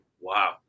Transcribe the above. Wow